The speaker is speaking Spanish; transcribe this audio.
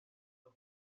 los